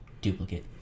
Duplicate